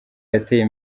yateye